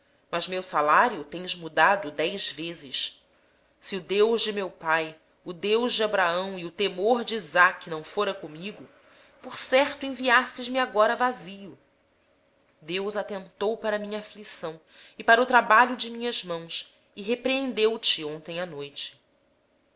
o meu salário se o deus de meu pai o deus de abraão e o temor de isaque não fora por mim certamente hoje me mandarias embora vazio mas deus tem visto a minha aflição e o trabalho das minhas mãos e repreendeu te ontem à noite